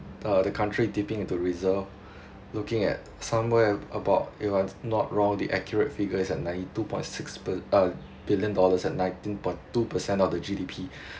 uh the country dipping into reserve looking at somewhere about if I'm not wrong the accurate figure is at ninety two point six b~ uh billion dollars and nineteen point two percent of the G_D_P